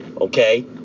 Okay